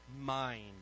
mind